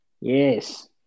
Yes